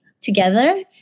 together